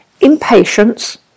impatience